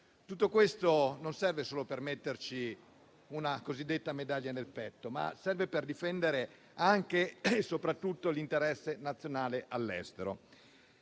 Tutto questo non serve solo per metterci una cosiddetta medaglia sul petto, ma serve anche per difendere anche e soprattutto l'interesse nazionale all'estero.